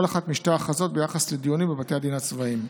כל אחת משתי ההכרזות ביחס לדיונים בבתי הדין הצבאיים.